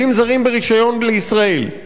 עובדים זרים בתחומי בנייה,